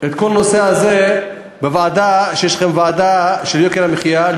את כל הנושא הזה בוועדה לענייני יוקר המחיה,